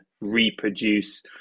reproduce